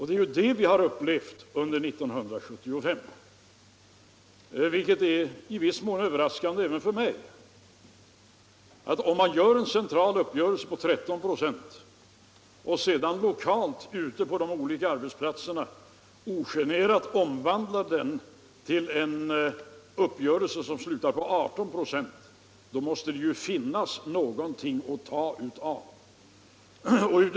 Det är detta vi har upplevt under 1975, vilket är i viss mån överraskande även för mig. Om man gör en central uppgörelse på 13 26, och detta sedan lokalt ute på de olika arbetsplatserna ogenerat omvandlas till en uppgörelse som slutar på 18 26, då måste det ju finnas någonting att ta av.